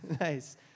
Nice